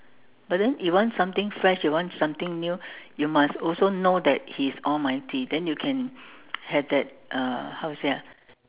but then you want something fresh you want something new you must also know that he is almighty then you can have that uh how to say ah